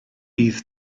bydd